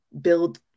build